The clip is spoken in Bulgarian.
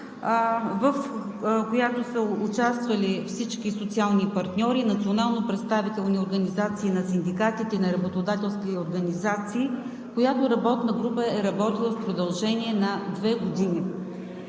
в която са участвали всички социални партньори, национално представителни организации на синдикатите и на работодателските организации. Работната група е работила в продължение на две години.